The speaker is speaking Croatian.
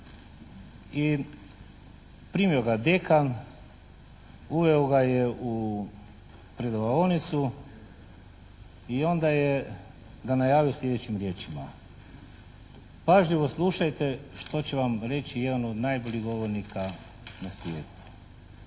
I primio ga je dekan, uveo ga u predavaonicu i onda ga je najavio slijedećim riječima "Pažljivo slušajte što će vam reći jedan od najboljih govornika na svijetu.